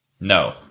No